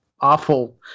awful